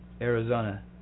Arizona